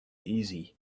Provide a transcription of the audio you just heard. easy